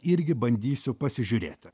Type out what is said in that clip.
irgi bandysiu pasižiūrėti